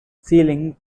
sealing